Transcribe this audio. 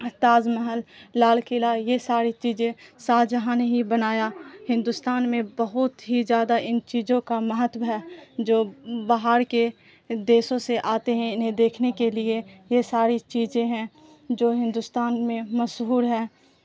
تاج محل لال قلعہ یہ ساری چیزیں شاہ جہاں نے ہی بنایا ہندوستان میں بہت ہی زیادہ ان چیزوں کا مہتو ہے جو باہر کے دیشوں سے آتے ہیں انہیں دیکھنے کے لیے یہ ساری چیزیں ہیں جو ہندوستان میں مشہور ہے